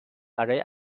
برای